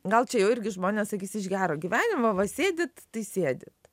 gal čia jau irgi žmonės sakys iš gero gyvenimo va sėdit tai sėdit